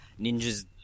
Ninjas